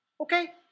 okay